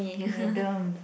madam